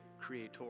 creator